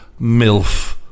milf